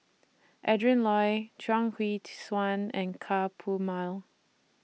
Adrin Loi Chuang Hui Tsuan and Ka Perumal